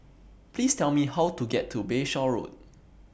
Please Tell Me How to get to Bayshore Road